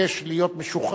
מתבקש להיות משוחרר,